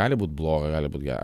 gali būt bloga gali būt gera